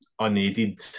unaided